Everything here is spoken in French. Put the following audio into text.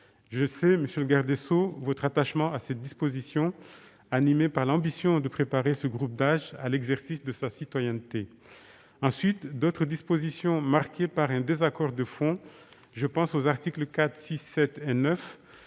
monsieur le garde des sceaux, à cette disposition, animée par l'ambition de préparer ce groupe d'âge à l'exercice de sa citoyenneté. D'autres dispositions sont marquées par un désaccord de fond ; je pense aux articles 4, 6, 7 et 9.